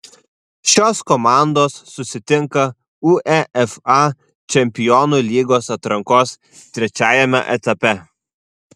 šios komandos susitinka uefa čempionų lygos atrankos trečiajame etape